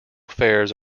fares